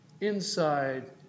inside